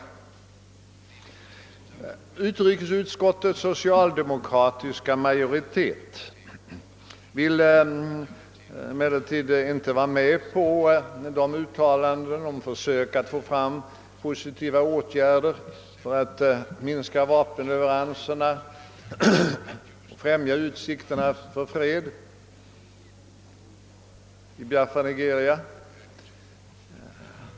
Utrikesutskottets socialdemokratiska majoritet vill emellertid inte vara med om några uttalanden om försök att åstadkomma positiva åtgärder för att minska vapenleveranserna och främja utsikterna till fred i Biafra—Nigeria.